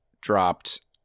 dropped